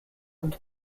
und